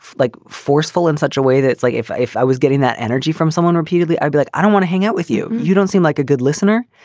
like forceful in such a way that it's like if if i was getting that energy from someone repeatedly, i'd be like, i don't want to hang out with you. you don't seem like a good listener.